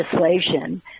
legislation